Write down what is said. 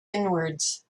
inwards